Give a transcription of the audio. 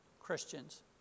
Christians